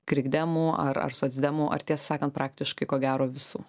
krikdemų ar ar socdemų ar tiesą sakant praktiškai ko gero visų